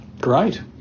great